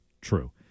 true